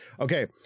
okay